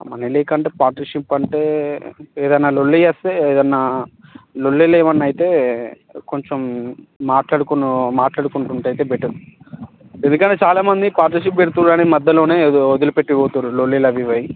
money కంటే partnership అంటే ఏదన్నా లొల్లి చేస్తే ఏదన్నా లొల్లులేవన్నా అయితే కొంచెం మాట్లాడుకునో మాట్లాడుకుంటుంటే అయితే బెటర్ ఎందుకంటే చాలా మంది పార్ట్నర్షిప్ పెడుతున్నారు కానీ మధ్యలోనే ఏదో వదిలి పెట్టి పోతున్నారు లొల్లులు అవి ఇవి అవి